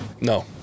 No